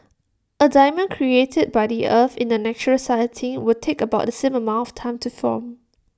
A diamond created by the earth in A natural setting would take about the same amount of time to form